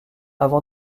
avant